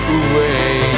away